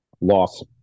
loss